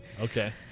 Okay